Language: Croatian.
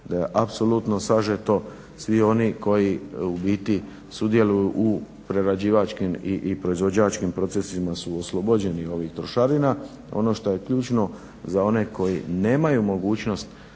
da je apsolutno sažeto. Svi oni koji u biti sudjeluju u prerađivačkim i proizvođačkim procesima su oslobođeni ovih trošarina. Ono što je ključno, za one koji nemaju mogućnost